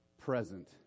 present